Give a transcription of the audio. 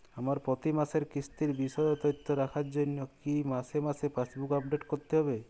আমার প্রতি মাসের কিস্তির বিশদ তথ্য রাখার জন্য কি মাসে মাসে পাসবুক আপডেট করতে হবে?